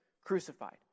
crucified